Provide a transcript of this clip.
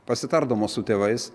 pasitardamos su tėvais